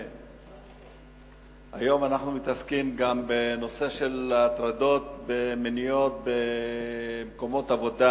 היות שהיום אנחנו מתעסקים בנושא של הטרדות מיניות במקומות עבודה